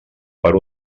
per